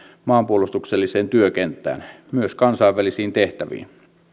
maanpuolustukselliseen työkenttään myös kansainvälisiin tehtäviin